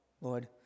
Lord